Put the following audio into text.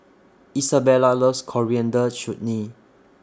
Isabella loves Coriander Chutney